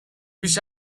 بیش